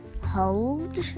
hold